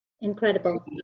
Incredible